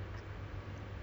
wait so right now dia